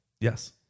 Yes